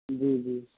جی جی